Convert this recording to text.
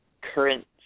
current